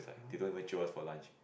they don't even jio us for lunch